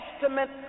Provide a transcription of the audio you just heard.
Testament